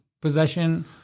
possession